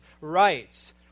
rights